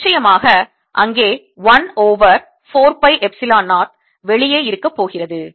நிச்சயமாக அங்கே 1 over 4 by Epsilon 0 வெளியே இருக்க போகிறது